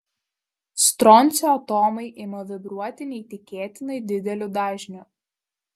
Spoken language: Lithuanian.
stroncio atomai ima vibruoti neįtikėtinai dideliu dažniu